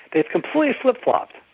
they've completely flipped flopped.